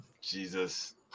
Jesus